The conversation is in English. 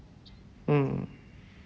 mm